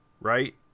right